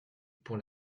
pour